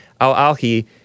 Al-Alhi